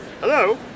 Hello